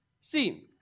See